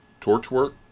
torchwork